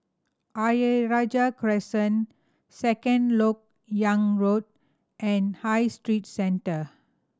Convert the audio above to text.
Ayer Rajah Crescent Second Lok Yang Road and High Street Centre